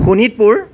Sonitpur